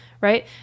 right